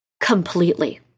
Completely